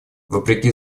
вопреки